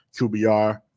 QBR